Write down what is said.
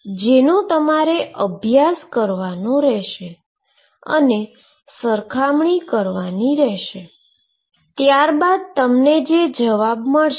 જેનો તમારે અભ્યાસ કરવાનો રહેશે અને સરખામણી કરવાની રહેશે ત્યારબાદ તમને જવાબ મળશે